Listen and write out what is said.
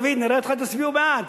דוד, נראה אתכם אם תצביעו בעד.